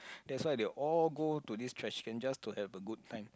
that's why they all go to this trash can just to have a good time